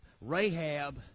Rahab